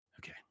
Okay